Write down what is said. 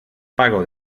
pago